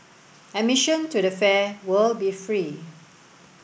admission to the fair will be free